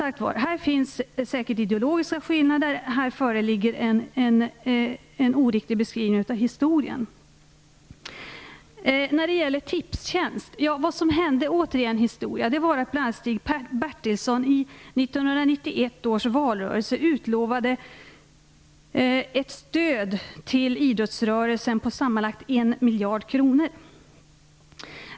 Det finns säkert ideologiska skillnader, och beskrivningen av historien är oriktig. I 1991 års valrörelse utlovade Stig Bertilsson ett stöd till idrottsrörelsen på sammanlagt 1 miljard kronor.